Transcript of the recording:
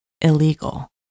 illegal